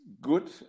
good